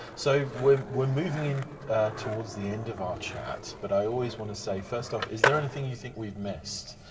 so we're we're moving in towards the end of our chat but i always wanna say first off is there anything you think we've missed?